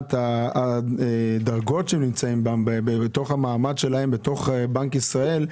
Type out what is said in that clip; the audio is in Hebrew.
מבחינת הדרגות שלהם והמעמד שלהם בתוך בנק ישראל,